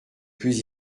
plus